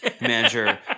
manager